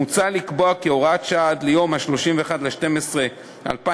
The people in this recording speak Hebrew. מוצע לקבוע כהוראת שעה עד ליום 31 בדצמבר 2017